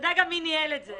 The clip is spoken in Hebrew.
אתה יודע גם מי ניהל את זה.